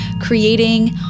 creating